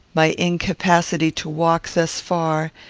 my incapacity to walk thus far,